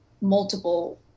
multiple